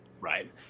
Right